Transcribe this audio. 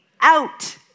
out